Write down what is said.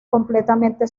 completamente